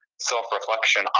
self-reflection